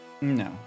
No